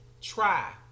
Try